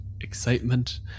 excitement